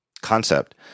concept